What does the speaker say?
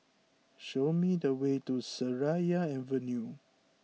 show me the way to Seraya Avenue